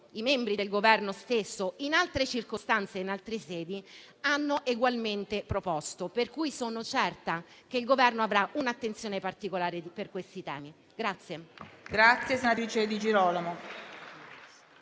i membri del Governo stesso, in altre circostanze, in altri sedi, hanno egualmente proposto. Sono quindi certa che il Governo avrà un'attenzione particolare per questi temi.